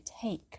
take